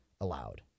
allowed